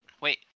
Wait